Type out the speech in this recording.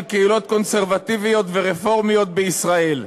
קהילות קונסרבטיביות ורפורמיות בישראל.